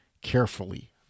carefully